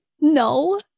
no